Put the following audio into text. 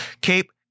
Cape